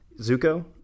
Zuko